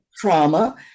trauma